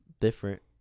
different